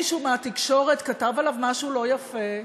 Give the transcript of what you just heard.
מישהו מהתקשורת כתב עליו משהו לא יפה.